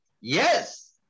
Yes